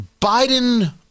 Biden